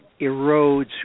erodes